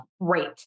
Great